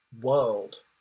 World